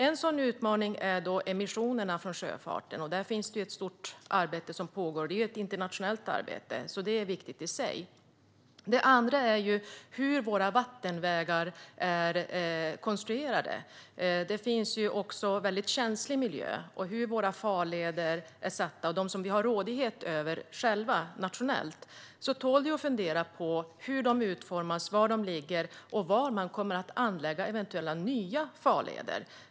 En sådan utmaning är emissionerna från sjöfarten. Där pågår ett stort arbete. Detta arbete är internationellt och är därför viktigt i sig. En annan sak handlar om hur våra vattenvägar är konstruerade. Det finns väldigt känslig miljö. Det tål även att fundera över hur våra nationella farleder, dem vi själva har rådighet över, är satta. Hur är de utformade? Var ligger de? Och var kommer man att anlägga eventuella nya farleder?